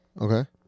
Okay